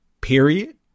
period